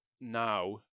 now